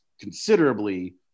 considerably